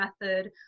method